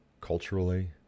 culturally